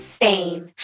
fame